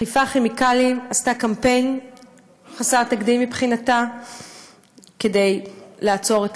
"חיפה כימיקלים" עשתה קמפיין חסר תקדים מבחינתה כדי לשנות את